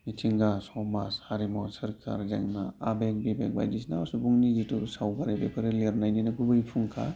मिथिंगा समाज हारिमु सोरखार जेंना आबेग बिबेग बायदिसिना सुबुंनि जिथु सावगारि बेफोरो लिरनायनिनो गुबै फुंखा